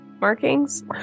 markings